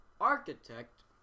Architect